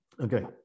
Okay